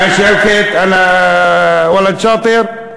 (אומר דברים בשפה הערבית,